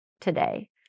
today